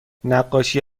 نقاشی